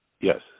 Yes